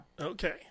Okay